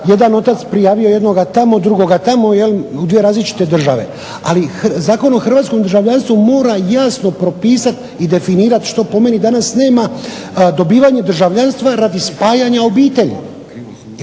jedan otac prijavio jednoga tamo, drugoga tamo, u dvije različite države. Ali Zakon o hrvatskom državljanstvu mora jasno propisat i definirat što po meni danas nema, dobivanje državljanstva radi spajanja obitelji. Dakle,